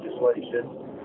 legislation